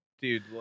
dude